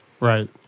Right